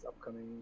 upcoming